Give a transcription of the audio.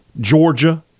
Georgia